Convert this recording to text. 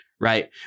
right